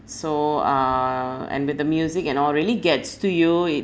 so uh and with the music and all really gets to you it